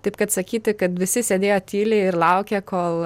taip kad sakyti kad visi sėdėjo tyliai ir laukė kol